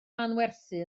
manwerthu